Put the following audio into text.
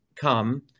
come